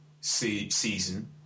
season